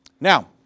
Now